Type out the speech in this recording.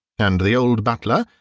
and the old butler,